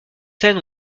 scènes